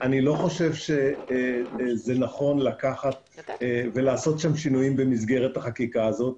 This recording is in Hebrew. אני לא חושב שזה נכון לעשות שם שינויים במסגרת החקיקה הזאת,